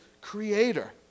Creator